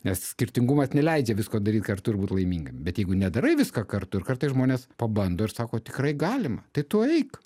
nes skirtingumas neleidžia visko daryt kartu ir būt laimingam bet jeigu nedarai visko kartu ir kartais žmonės pabando ir sako tikrai galima tai tu eik